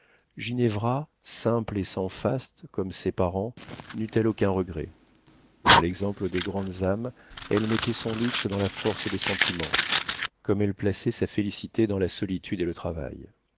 ginevra simple et sans faste comme ses parents neut elle aucun regret à l'exemple des grandes âmes elle mettait son luxe dans la force des sentiments comme elle plaçait sa félicité dans la solitude et le travail